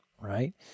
right